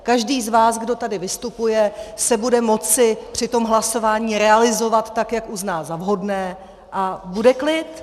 Každý z vás, kdo tady vystupuje, se bude moci při tom hlasování realizovat tak, jak uzná za vhodné, a bude klid.